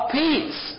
peace